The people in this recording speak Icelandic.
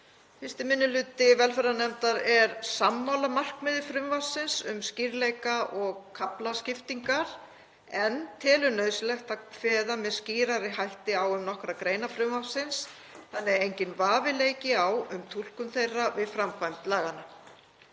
Fyrsti minni hluti velferðarnefndar er sammála markmiði frumvarpsins um skýrleika og kaflaskiptingar en telur nauðsynlegt að kveða með skýrari hætti á um nokkrar greinar frumvarpsins þannig að enginn vafi leiki á um túlkun þeirra við framkvæmd laganna.